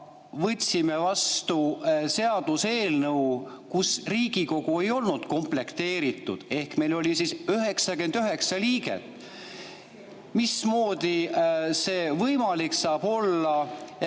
võtsime vastu seaduseelnõu, kui Riigikogu ei olnud komplekteeritud ehk meil oli siis 99 liiget. Mismoodi see võimalik saab olla?